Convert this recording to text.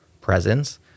presence